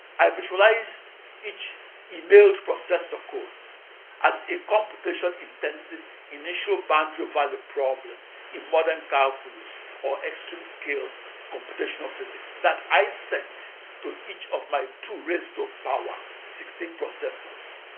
i visualized each emailed processor code as a computation-intensive initial-boundary value problem in modern calculus or extreme-scale computational physics that i sent to each of my two-raised-to-power sixteen processors.